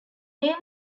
name